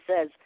says